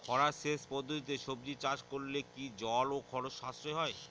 খরা সেচ পদ্ধতিতে সবজি চাষ করলে কি জল ও খরচ সাশ্রয় হয়?